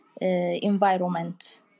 environment